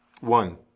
one